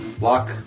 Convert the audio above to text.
lock